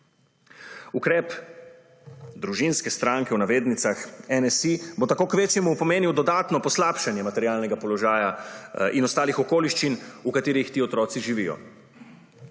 Ukrep »družinske stranke« NSi bo tako kvečjemu pomenil dodatno poslabšanje materialnega položaja in ostalih okoliščin, v katerih ti otroci 20.